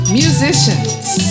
musicians